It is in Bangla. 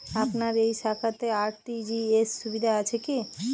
আপনার এই শাখাতে আর.টি.জি.এস সুবিধা আছে কি?